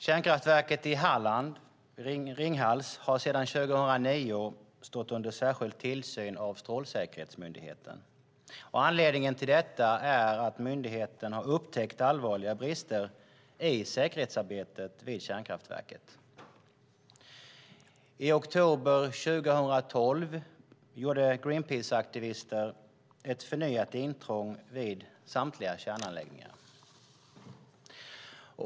Kärnkraftverket i Halland, Ringhals, har sedan 2009 stått under särskild tillsyn av Strålsäkerhetsmyndigheten. Anledningen till detta är att myndigheten har upptäckt allvarliga brister i säkerhetsarbetet vid kärnkraftverket. I oktober 2012 gjorde Greenpeaceaktivister ett förnyat intrång vid samtliga kärnanläggningar.